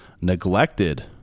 neglected